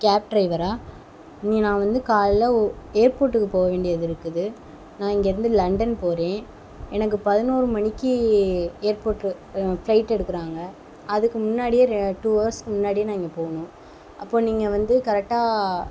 gap டிரைவராக இங்கே நான் வந்து காலையில் ஒ ஏர்போர்ட்டுக்கு போக வேண்டியது இருக்குது நான் இங்கேருந்து லண்டன் போகிறேன் எனக்கு பதினொரு மணிக்கு ஏர்போர்ட் ஃபிளைட் எடுக்கிறாங்க அதுக்கு முன்னாடியே டூ ஹவர்ஸ்க்கு முன்னாடியே நான் இங்கே போகணும் அப்போது நீங்கள் வந்து கரெட்டாக